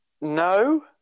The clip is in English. No